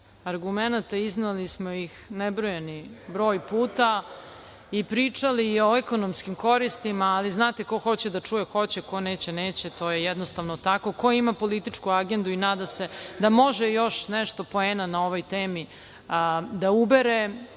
argumenata, izneli smo ih nebrojani broj puta i pričali i o ekonomskim koristima, ali znate, ko hoće da čuje, hoće, ko neće, neće. To je jednostavno tako. Ko ima političku agendu i nada se da može još nešto poena na ovoj temi da ubere,